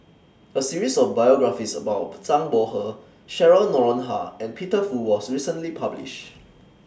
A series of biographies about Zhang Bohe Cheryl Noronha and Peter Fu was recently published